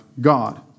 God